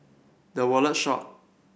The Wallet Shop